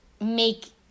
make